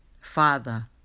Father